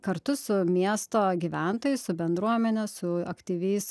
kartu su miesto gyventojais su bendruomene su aktyviais